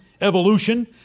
Evolution